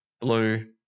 blue